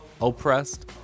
oppressed